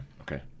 Okay